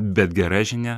bet gera žinia